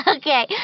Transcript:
Okay